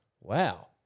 Wow